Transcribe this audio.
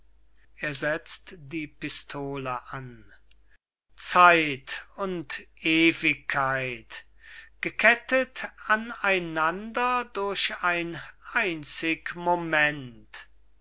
er setzt die pistolen an zeit und ewigkeit gekettet an einander durch ein einzig moment